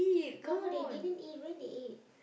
no they didn't eat when they eat